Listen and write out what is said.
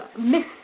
miss